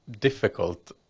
difficult